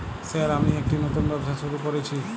Sir আমি একটি নতুন ব্যবসা শুরু করেছি?